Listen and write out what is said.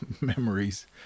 memories